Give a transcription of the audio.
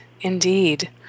Indeed